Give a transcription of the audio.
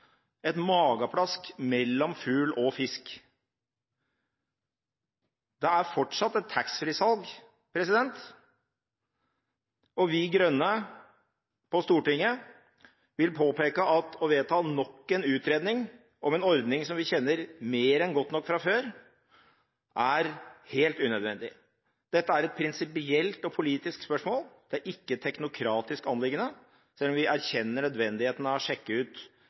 et mageplask – mellom fugl og fisk. Det er fortsatt et taxfree-salg, og vi «grønne» på Stortinget vil påpeke at å vedta nok en utredning av en ordning som vi kjenner mer enn godt nok fra før, er helt unødvendig. Dette er et prinsipielt og politisk spørsmål, det er ikke et teknokratisk anliggende, selv om vi erkjenner nødvendigheten av å sjekke